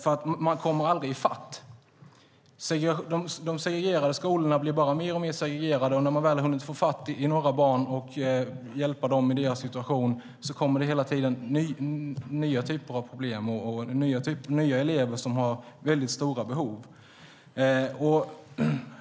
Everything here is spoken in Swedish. Man kommer aldrig i fatt. De segregerade skolorna blir bara mer och mer segregerade, och när man väl har hunnit i fatt och kan hjälpa några barn med deras situation kommer det nya typer av problem och nya elever som har stora behov.